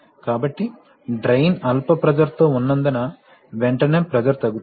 కాబట్టి డ్రైన్ అల్పప్రెషర్ తో ఉన్నందున వెంటనే ప్రెషర్ తగ్గుతుంది